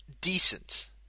decent